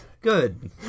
Good